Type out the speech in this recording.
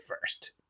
first